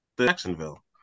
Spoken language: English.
Jacksonville